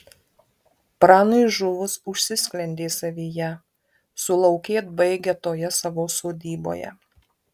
pranui žuvus užsisklendė savyje sulaukėt baigia toje savo sodyboje